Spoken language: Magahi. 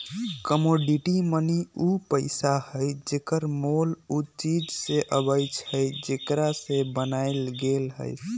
कमोडिटी मनी उ पइसा हइ जेकर मोल उ चीज से अबइ छइ जेकरा से बनायल गेल हइ